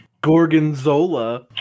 Gorgonzola